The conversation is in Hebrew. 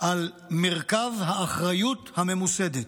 על מרכב האחריות הממוסדת.